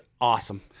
awesome